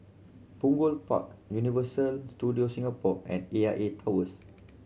Punggol Park Universal Studios Singapore and A I A Towers